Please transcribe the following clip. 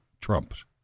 Trump's